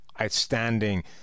outstanding